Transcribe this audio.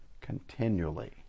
continually